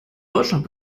deutschland